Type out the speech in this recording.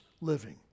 living